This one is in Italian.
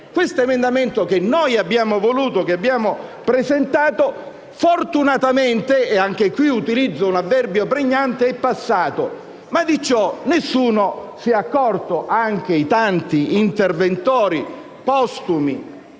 questo emendamento che noi abbiamo voluto e che abbiamo presentato, fortunatamente - e anche qui utilizzo un avverbio pregnante - è passato, ma di ciò nessuno si è accorto. Anche i tanti interventori postumi